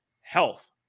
health